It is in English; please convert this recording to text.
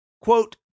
quote